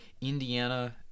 Indiana